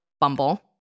Bumble